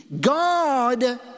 God